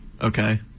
Okay